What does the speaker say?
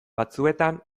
batzuetan